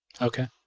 Okay